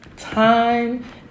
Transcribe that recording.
Time